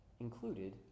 Included